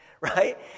right